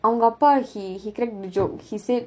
அவங்க அப்பா:avanga appa he he cracked a joke he said